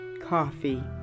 coffee